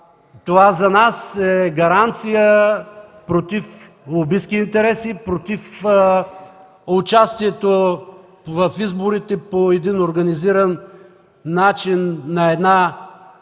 Това за нас е гаранция против лобистки интереси, против участието в изборите по един организиран начин на една